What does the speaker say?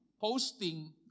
posting